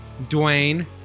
Dwayne